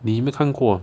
你没看过 ah